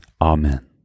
Amen